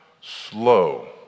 slow